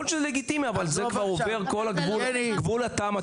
יכול להיות שזה לגיטימי אבל זה כבר עובר את גבול הטעם הטוב.